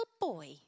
boy